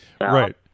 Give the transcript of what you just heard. right